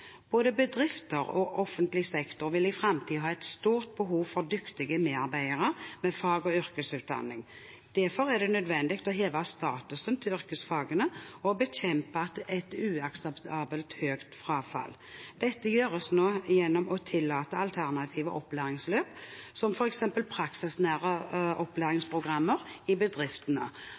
Både bedrifter og offentlig sektor vil i fremtiden ha et stort behov for dyktige medarbeidere med fag- og yrkesutdanning. Derfor er det nødvendig å heve statusen til yrkesfagene og bekjempe et uakseptabelt høyt frafall. Dette gjøres nå gjennom å tillate alternative opplæringsløp, som f.eks. praksisnære